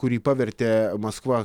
kurį pavertė maskva